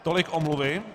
Tolik omluvy.